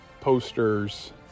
posters